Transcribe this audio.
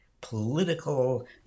political